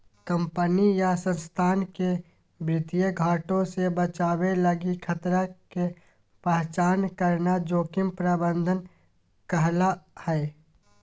company या संस्थान के वित्तीय घाटे से बचावे लगी खतरा के पहचान करना जोखिम प्रबंधन कहला हय